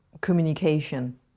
communication